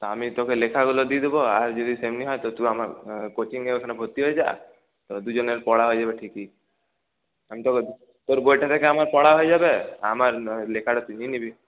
তা আমি তোকে লেখাগুলো দিয়ে দেবো আর যদি সেমনি হয় তুই আমার কোচিংয়ের ওখানে ভর্তি হয়ে যা দুজনের পড়া হয়ে যাবে ঠিকই আমি তোকে তোর বইটা দেখে আমার পড়া হয়ে যাবে আমার লেখাটা তুই নিয়ে নিবি